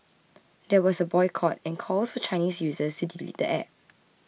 there was a boycott and calls for Chinese users to delete the app